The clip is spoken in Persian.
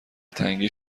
تنگی